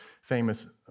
famous